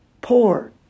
poor